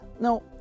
No